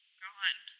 gone